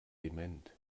dement